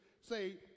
say